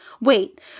wait